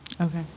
Okay